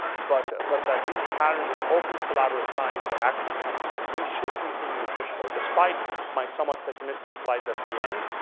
but but that these patterns of open collaborative science are actually something that we should continue to push for despite my somewhat pessimistic slides at the end.